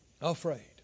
Afraid